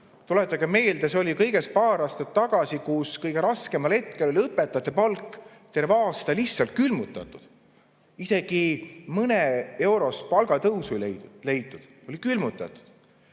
Tuletage meelde: see oli kõigest paar aastat tagasi, kui kõige raskemal hetkel oli õpetajate palk terve aasta lihtsalt külmutatud. Isegi mõneeurost palgatõusu ei leitud, oli külmutatud.